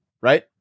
right